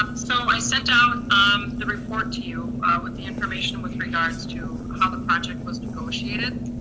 so i sent out um the report to you with the information with regards to how the project was negotiated.